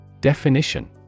Definition